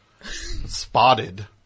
spotted